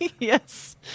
yes